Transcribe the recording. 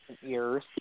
years